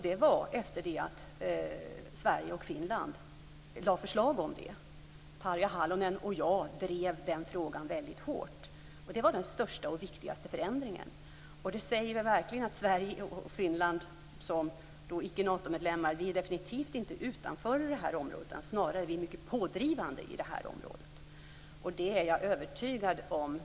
Det var efter det att Sverige och Finland lade förslag om det. Tarja Halonen och jag drev den frågan väldigt hårt. Det var den största och viktigaste förändringen. Det säger verkligen att Sverige och Finland som icke-Natomedlemmar definitivt inte är utanför det här området. Snarare är vi mycket pådrivande i fråga om det här området.